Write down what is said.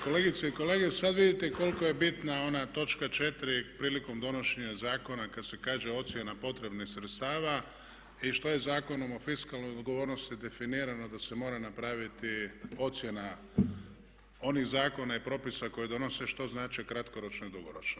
Kolegice i kolege sad vidite koliko je bitna ona točka 4. prilikom donošenja zakona kad se kaže ocjena potrebnih sredstava i što je Zakonom o fiskalnoj odgovornosti definirano da se mora napraviti ocjena onih zakona i propisa koje donose što znače kratkoročno i dugoročno.